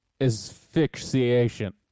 asphyxiation